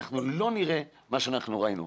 לא נראה מה שראינו.